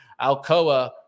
Alcoa